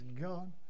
God